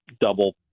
double